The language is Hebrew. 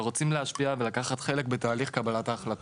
ורוצים להשפיע ולקחת חלק בתהליך קבלת ההחלטות.